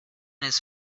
his